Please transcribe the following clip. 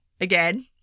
Again